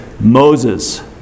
Moses